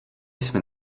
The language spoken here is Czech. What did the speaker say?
jsme